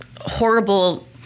horrible